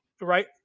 right